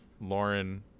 lauren